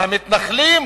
והמתנחלים